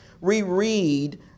reread